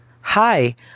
Hi